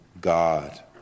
God